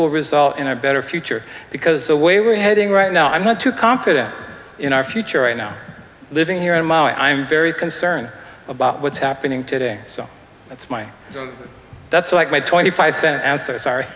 will result in a better future because the way we're heading right now i'm not too confident in our future right now living here and now i'm very concerned about what's happening today so that's my that's like my twenty five cent answer sorry